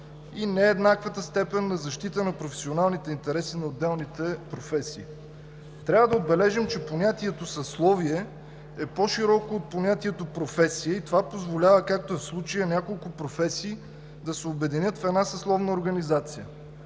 и нееднаквата степен на защита на професионалните интереси на отделните професии. Трябва да отбележим, че понятието „съсловие“ е по-широко от понятието „професия“ и това позволява, както е в случая, няколко професии да се обединят в една съсловна организация.